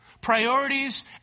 priorities